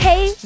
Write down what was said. Hey